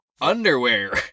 underwear